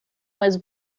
was